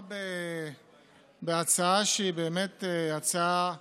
מדובר בהצעה שהיא באמת הצעה ראויה,